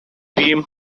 beam